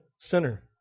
sinner